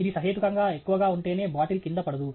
ఇది సహేతుకంగా ఎక్కువగా ఉంటేనే బాటిల్ కింద పడదు